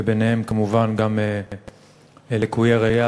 ובהם כמובן לקויי ראייה,